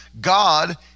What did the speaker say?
God